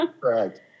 Correct